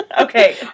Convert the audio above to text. Okay